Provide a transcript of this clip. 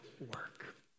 work